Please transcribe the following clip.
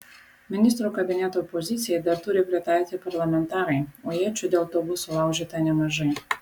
ministrų kabineto pozicijai dar turi pritarti parlamentarai o iečių dėl to bus sulaužyta nemažai